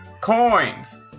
Coins